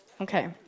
Okay